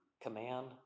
command